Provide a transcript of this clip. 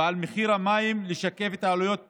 ועל מחיר המים לשקף את העלויות במשק.